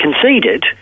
conceded